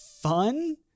fun